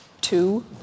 two